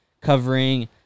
covering